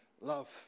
love